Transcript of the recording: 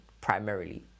primarily